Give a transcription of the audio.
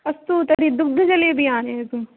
अस्तु तर्हि दुग्धजलेबि आनयतु